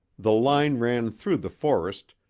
the line ran through the forest,